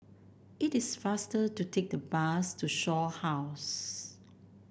it is faster to take the bus to Shaw House